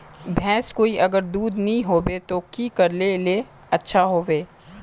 भैंस कोई अगर दूध नि होबे तो की करले ले अच्छा होवे?